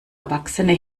erwachsene